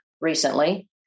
recently